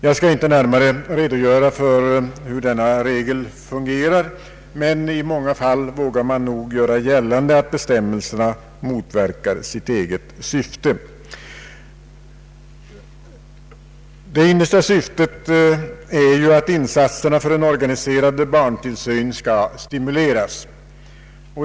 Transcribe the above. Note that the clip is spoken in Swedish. Jag skall inte närmare redogöra för hur denna regel fungerar, men i många fall vågar man nog göra gällande att bestämmelserna motverkar sitt eget syfte. Det innersta syftet är ju att insatserna för en organiserad barntillsyn skall stimuleras.